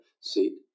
seat